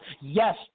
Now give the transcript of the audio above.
Yes